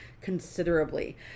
considerably